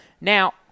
Now